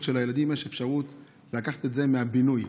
של הילדים יש אפשרות לקחת את זה מהבינוי.